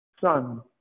Son